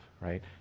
right